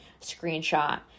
screenshot